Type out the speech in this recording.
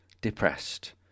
depressed